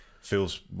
feels